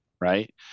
Right